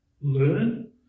learn